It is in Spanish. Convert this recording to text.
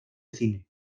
cine